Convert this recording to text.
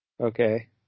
Okay